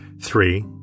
three